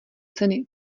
ceny